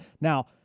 Now